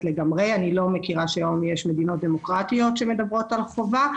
לגמרי; אני לא מכירה מדינות דמוקרטיות שמדברות על חובה.